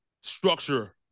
structure